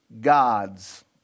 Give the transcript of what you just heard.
gods